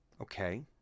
Okay